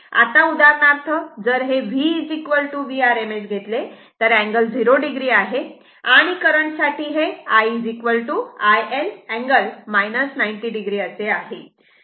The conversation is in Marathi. आता उदाहरणार्थ जर हे v Vrms घेतले तर अँगल 0o आहे आणि करंट साठी हे I iL angle 90 o असे आहे